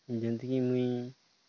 ଯେମିତିକି ମୁଇଁ